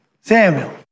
Samuel